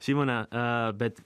simona bet